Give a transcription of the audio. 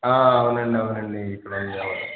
అవునండి అవునండి ఇక్కడుంది అవును